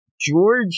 George